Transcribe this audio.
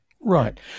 Right